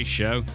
show